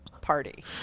party